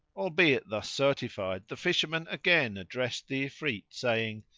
albeit thus certified the fisherman again addressed the ifrit saying,